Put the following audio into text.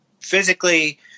physically